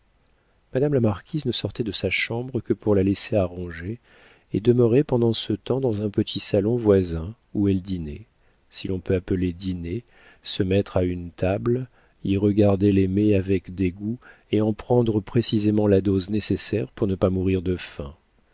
madame la marquise ne sortait de sa chambre que pour la laisser arranger et demeurait pendant ce temps dans un petit salon voisin où elle dînait si l'on peut appeler dîner se mettre à une table y regarder les mets avec dégoût et en prendre précisément la dose nécessaire pour ne pas mourir de faim